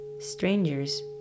strangers